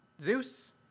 zeus